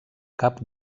cap